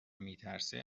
میترسه